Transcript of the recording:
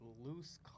loose